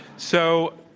so,